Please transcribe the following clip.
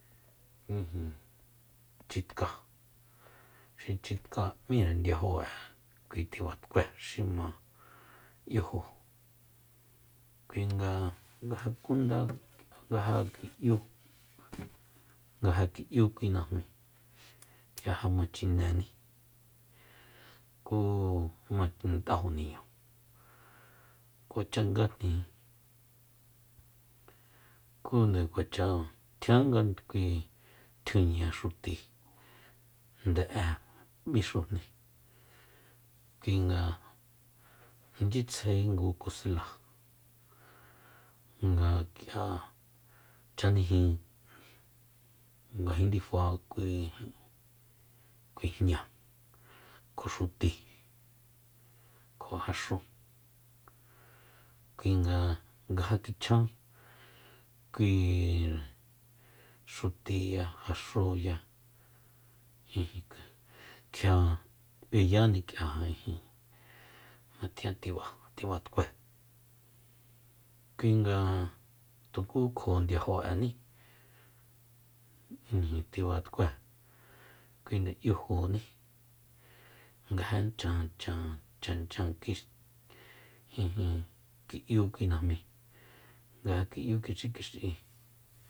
Ijin chitkáa xi chitka m'íre ndiajo'e kui tibatkue xi ma 'yuju kuinga nga ja kunda nga ja ki'yu nga ja ki'yu kui najmíi kjia ja ma chineni ku ma chinet'ajo niñu kuacha ngajni jin ku nga kuacha tjiánga tjiuña xuti nde'e bixujni kuinga minchyitsjae ngu kuseláa nga k'ia chanijin ngajin ndifa kui ijin kui jña kjo xuti kjo jaxúu kuinga nga ja kjichjan kui xutiya jaxuya ijik- kjia b'eyani k'ia ijin jma tjian tiba- tibatkue kuinga tuku kjo ndiajo'ení ijin tibatkue kuinde 'yujuní nga ja chanchan- chanchan kix ijin ki'yu kui najmíi nga ja ki'yu ki'xikix'i